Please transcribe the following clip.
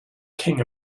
king